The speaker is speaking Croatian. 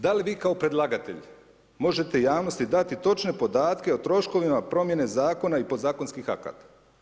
Da li vi kao predlagatelj možete javnosti dati točne podatke o troškovima promjene zakona i podzakonskih akata?